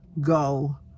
go